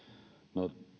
no